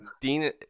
Dean